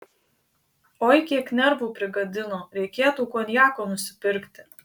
oi kiek nervų prigadino reikėtų konjako nusipirkti